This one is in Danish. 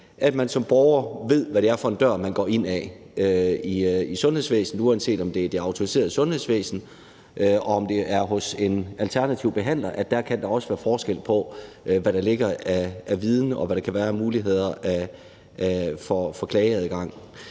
at man som borger ved, hvad det er for en dør, man går ind ad i sundhedsvæsenet, uanset om det er det autoriserede sundhedsvæsen, eller om det er hos en alternativ behandler. Dér kan der også være forskel på, hvad der ligger af viden, og hvad der kan være af muligheder for klageadgang.